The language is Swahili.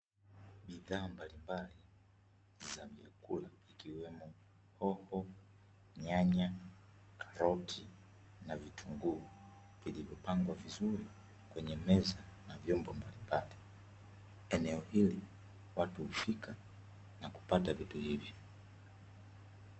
Bidhaa mbalimbali za vyakula ikiwemo: hoho, nyanya, karoti, na vitunguu vilivyopangwa vizuri kwenye meza na vyombo mbalimbali. Eneo hili watu hufika na kupata vitu hivyo.